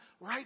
right